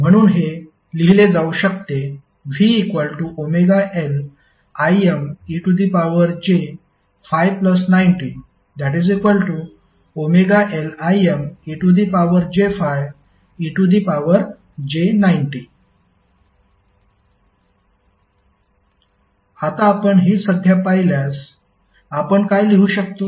म्हणून हे लिहिले जाऊ शकते VωLImej∅90ωLImej∅ej90 आता आपण ही संज्ञा पाहिल्यास आपण काय लिहू शकतो